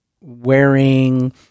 wearing